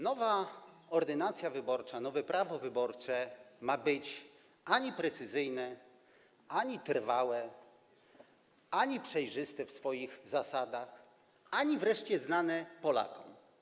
Nowa ordynacja wyborcza, nowe prawo wyborcze ma nie być ani precyzyjne, ani trwałe, ani przejrzyste w swoich zasadach, ani wreszcie znane Polakom.